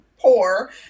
poor